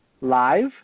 Live